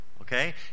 Okay